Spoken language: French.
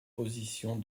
position